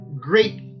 great